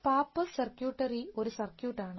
pappus circuitry ഒരു സർക്യൂട്ടാണ്